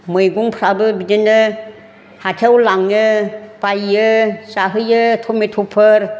मैगंफ्राबो बिदिनो हाथायाव लाङो बायो जाहैयो थमेथ'फोर